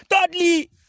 Thirdly